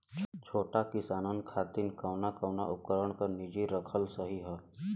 छोट किसानन खातिन कवन कवन उपकरण निजी रखल सही ह?